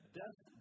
death